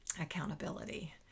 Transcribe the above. accountability